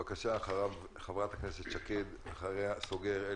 כמובן שנפסיק ולא נמצה את כל